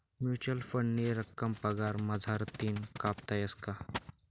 Mutual फंडनी रक्कम पगार मझारतीन कापता येस का?